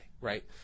right